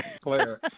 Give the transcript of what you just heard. Claire